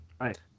Right